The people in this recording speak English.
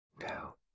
Now